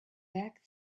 back